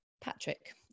patrick